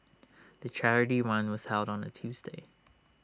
the charity run was held on A Tuesday